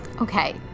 Okay